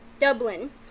Dublin